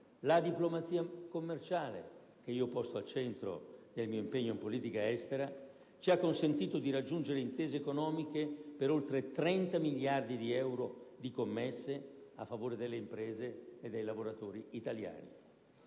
La diplomazia commerciale che io ho posto al centro del mio impegno in politica estera, ci ha consentito di raggiungere intese economiche per oltre 30 miliardi di euro di commesse a favore delle imprese e dei lavoratori italiani.